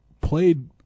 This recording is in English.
played